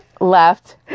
left